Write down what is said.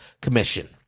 Commission